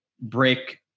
break